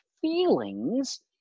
feelings